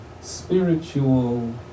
Spiritual